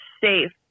safe